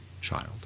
child